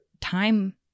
time